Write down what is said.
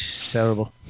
Terrible